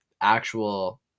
actual